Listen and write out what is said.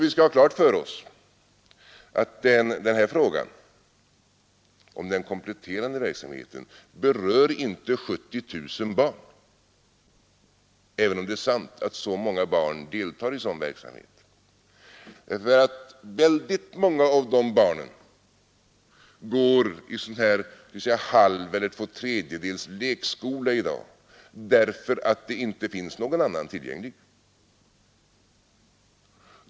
Vi skall ha klart för oss att frågan om den kompletterande verksamheten inte berör 70 000 barn, även om det är sant att så många barn deltar i sådan verksamhet. Väldigt många av de barnen går i halv eller två tredjedels lekskola i dag, därför att det inte finns någon annan tillgänglig.